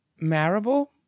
Marable